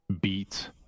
beat